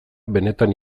benetan